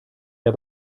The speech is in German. der